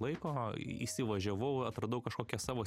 laiko įsivažiavau atradau kažkokią savo